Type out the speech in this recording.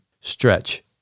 stretch